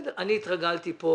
כמו שאמרתי,